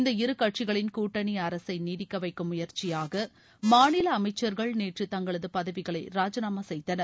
இந்த இருகட்சிகளின் கூட்டணி அரசை நீடிக்க வைக்கும் முயற்சியாக மாநில அமைச்சர்கள் நேற்று தங்களது பதவிகளை ராஜினாமா செய்தனர்